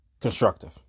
constructive